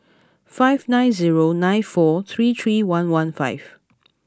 five nine zero nine four three three one one five